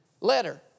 letter